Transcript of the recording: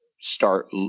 start